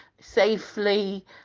safely